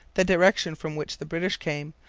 the direction from which the british came,